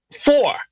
Four